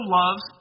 loves